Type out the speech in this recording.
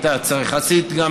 הוא גם היה יחסית צעיר.